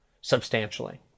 substantially